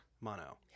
Mono